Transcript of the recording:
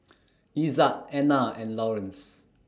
Ezzard Ana and Lawerence